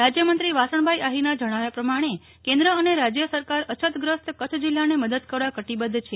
રાજ્યમંત્રી વાસણભાઈ આહીરના જણાવ્યા પ્રમાણે કેન્દ્ર અને રાજ્ય સરકાર અછતગ્રસ્ત કચ્છ જિલ્લાને મદદ કરવા કટિબદ્વ છે